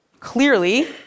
Clearly